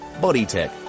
BodyTech